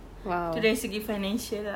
itu dari segi financial lah